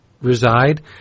reside